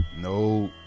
No